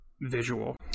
visual